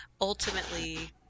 ultimately